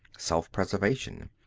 self-preservation,